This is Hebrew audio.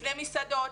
לפני מסעדות,